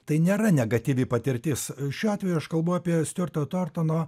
tai nėra negatyvi patirtis šiuo atveju aš kalbu apie stiuarto tortono